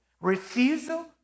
Refusal